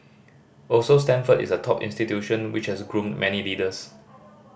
also Stanford is a top institution which has groomed many leaders